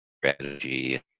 strategy